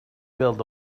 build